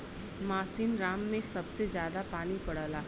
मासिनराम में सबसे जादा पानी पड़ला